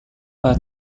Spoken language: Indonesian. pak